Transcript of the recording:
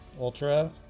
ultra